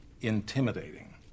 intimidating